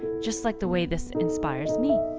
just like the way this inspires me.